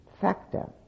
factor